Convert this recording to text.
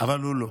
אבל הוא לא.